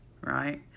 right